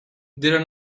didn’t